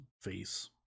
face